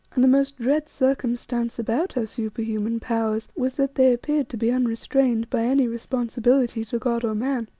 and the most dread circumstance about her superhuman powers was that they appeared to be unrestrained by any responsibility to god or man.